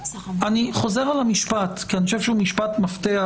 אני חוזר על המשפט כי אני חושב שהוא משפט מפתח